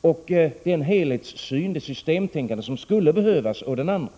och den helhetssyn och det systemtänkande som skulle behövas å den andra.